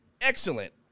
Excellent